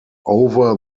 over